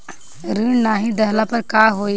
ऋण नही दहला पर का होइ?